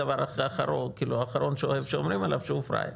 הדבר האחרון שהוא אוהב שאומרים עליו זה שהוא פראייר.